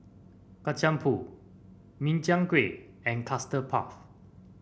Kacang Pool Min Chiang Kueh and Custard Puff